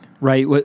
right